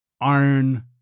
iron